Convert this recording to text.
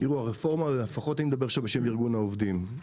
ואני מדבר בשם ארגון העובדים.